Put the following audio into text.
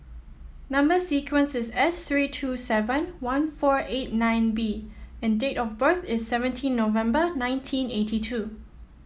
number sequence is S three two seven one four eight nine B and date of birth is seventeen November nineteen eighty two